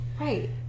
Right